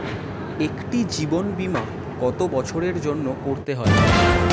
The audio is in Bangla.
একটি জীবন বীমা কত বছরের জন্য করতে হয়?